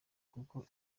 kuko